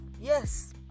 Yes